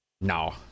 no